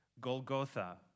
golgotha